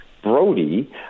Brody